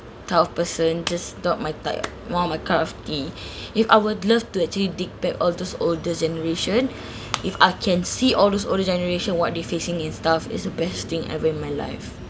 type of person just not my type ah not my cup of tea if I would love to actually dig back all those older generation if I can see all those older generation what they facing and stuff is the best thing ever in my life